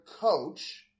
coach